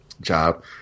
job